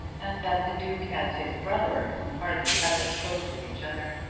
and that the duke and his brother, who hardly ever spoke to each other,